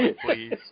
Please